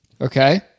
Okay